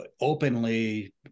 openly